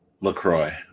LaCroix